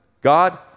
God